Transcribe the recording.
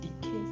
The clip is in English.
decay